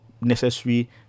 necessary